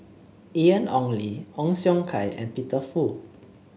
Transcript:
Ian Ong Li Ong Siong Kai and Peter Fu